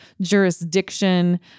jurisdiction